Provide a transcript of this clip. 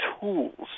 tools